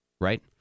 right